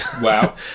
wow